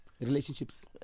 Relationships